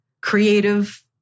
creative